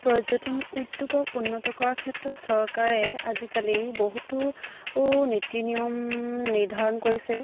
পৰ্যটন উদ্যোগক উন্নত কৰাৰ ক্ষেত্ৰত চৰকাৰে আজিকালি বহুতো নীতি নিয়ম নিৰ্ধাৰণ কৰিছে